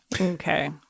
okay